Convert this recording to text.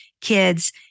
kids